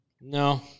No